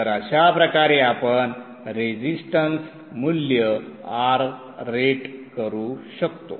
तर अशा प्रकारे आपण रेझिस्टन्स मूल्य R रेट करू शकतो